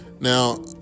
Now